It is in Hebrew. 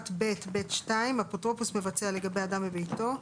21ב(ב)(2) (אפוטרופוס מבצע לגבי אדם בביתו),